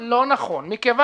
אבל זה לא חלק